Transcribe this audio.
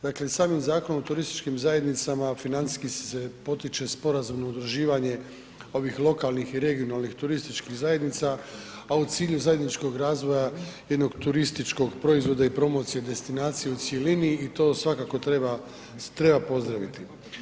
Dakle, samim Zakonom o turističkim zajednicama financijski se potiče sporazumno udruživanje ovih lokalnih i regionalnih turističkih zajednica, a u cilju zajedničkog razvoja jednog turističkog proizvoda i promocije destinacije u cjelini i to svakako treba pozdraviti.